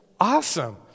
awesome